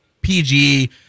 PG